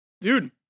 Dude